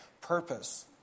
purpose